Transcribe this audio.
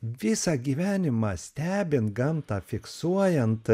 visą gyvenimą stebint gamtą fiksuojant